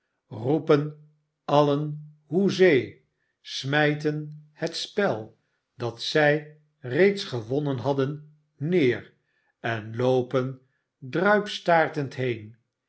roepen alien hoezee smijten het spel dat zij reeds ge wonnen hadden neer en loopen druipstaartend heen